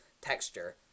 texture